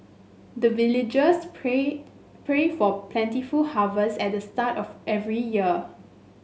the villagers pray pray for plentiful harvest at the start of every year